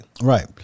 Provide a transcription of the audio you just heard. right